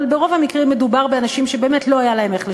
אבל ברוב המקרים מדובר באנשים שבאמת לא היה להם איך לשלם,